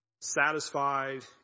satisfied